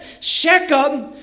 Shechem